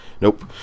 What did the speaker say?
Nope